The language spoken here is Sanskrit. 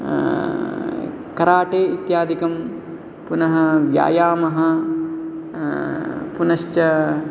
कराट्टे इत्यादिकं पुनः व्यायामः पुनश्च